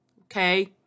okay